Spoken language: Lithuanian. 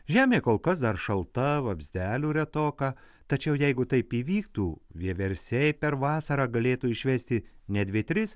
žemė kol kas dar šalta vamzdelių retoka tačiau jeigu taip įvyktų vieversiai per vasarą galėtų išvesti ne dvi tris